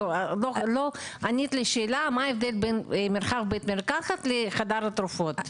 לא ענית על השאלה מה ההבדל בין מרחב בית מרקחת לבין חדר תרופות.